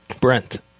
Brent